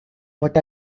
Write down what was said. what